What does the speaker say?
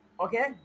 okay